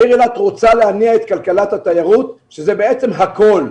העיר אילת רוצה להניע את כלכלת התיירות שזה בעצם הכול.